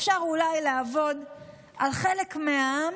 אפשר אולי לעבוד על חלק מהעם